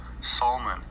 Salman